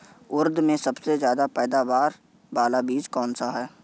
उड़द में सबसे अच्छा पैदावार वाला बीज कौन सा है?